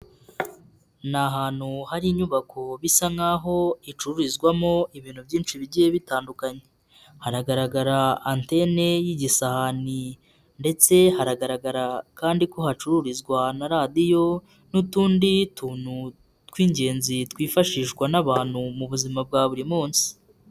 Ni ahantu hari inyubako bisa nk'aho icururizwamo ibintu byinshi bigiye bitandukanye, haragaragara antene y'igisahani ndetse haragaragara kandi ko hacururizwa na radiyo n'utundi tuntu tw'ingenzi, twifashishwa n'abantu mu buzima bwa buri munsi.